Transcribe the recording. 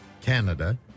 Canada